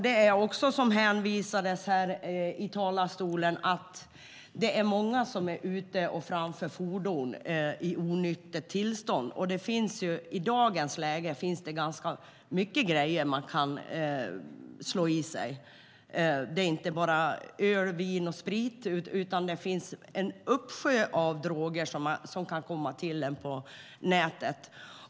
Det har också påpekats i talarstolen att det är många som framför fordon i onyktert tillstånd. I dag finns det mycket man kan stoppa i sig. Det är inte bara öl, vin och sprit, utan det finns en uppsjö av droger som man kan beställa på nätet.